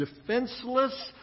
defenseless